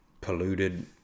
polluted